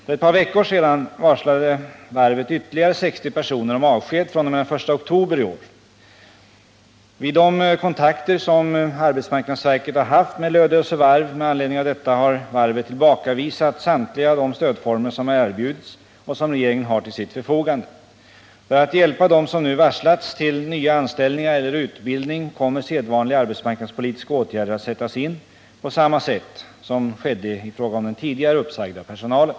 För ett par veckor sedan varslade varvet ytterligare 60 personer om avsked fr.o.m. den 1 oktober i år. Vid de kontakter som arbetsmarknadsverket har haft med Lödöse Varf med anledning av detta har varvet tillbakavisat samtliga de stödformer som har erbjudits och som regeringen har till sitt förfogande. För att hjälpa dem som nu varslats till nya anställningar eller utbildning kommer sedvanliga arbetsmarknadspolitiska åtgärder att sättas in på samma sätt som skedde i fråga om den tidigare uppsagda personalen.